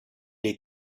les